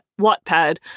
Wattpad